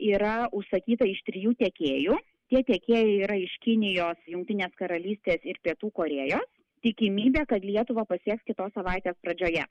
yra užsakyta iš trijų tiekėjų tie tiekėjai yra iš kinijos jungtinės karalystės ir pietų korėjos tikimybė kad lietuvą pasieks kitos savaitės pradžioje